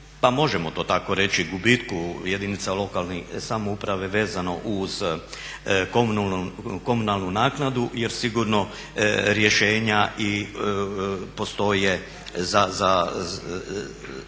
pa možemo to tako reći gubitku jedinica lokalne samouprave vezano uz komunalnu naknadu jer sigurno rješenja postoje za